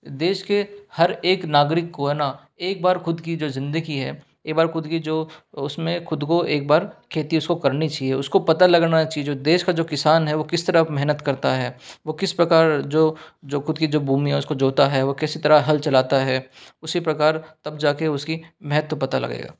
देश के हर एक नागरिक को है ना एक बार खुद की जो ज़िन्दगी है एक बार खुद की जो उस में खुद को एक बार खेती उस को करनी चाहिए उस को पता लगना चाहिए जो देश का जो किसान है वो किस तरह मेहनत करता है वो किस प्रकार जो जो खुद की जो भूमि है उस को जोतता है वो किस तरह हल चलाता है उसी प्रकार तब जा के उस की महत्व पता लगेगा